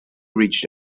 reached